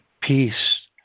peace